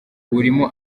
burimo